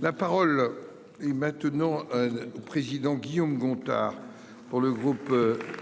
La parole est maintenant au président Guillaume Gontard. Pour le groupe.